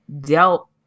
Dealt